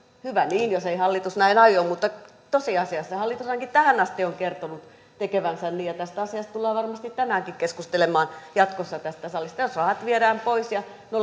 hyvä niin jos ei hallitus näin aio mutta tosiasiassa hallitus ainakin tähän asti on kertonut tekevänsä niin ja tästä asiasta tullaan varmasti tänäänkin keskustelemaan jatkossa tässä salissa jos rahat viedään pois ja